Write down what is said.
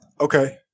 Okay